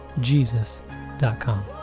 jesus.com